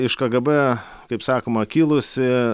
iš kagėbė kaip sakoma kilusi